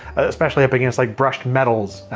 especially up against like brushed metals.